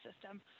system